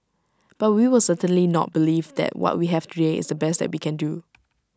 but we will certainly not believe that what we have today is the best that we can do